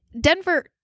Denver